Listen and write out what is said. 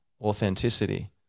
authenticity